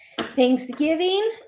thanksgiving